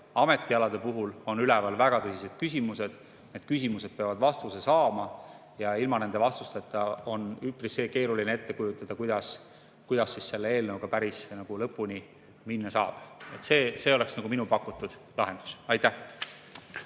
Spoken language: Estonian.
ametialade puhul on üleval väga tõsised küsimused. Need küsimused peavad vastuse saama ja ilma nende vastusteta on üpris keeruline ette kujutada, kuidas selle eelnõuga päris lõpuni minna saab. See on minu pakutud lahendus. Aitäh!